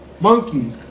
Monkey